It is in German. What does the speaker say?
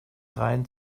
reihen